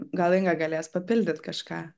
gal inga galės papildyt kažką